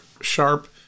sharp